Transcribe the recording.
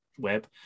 web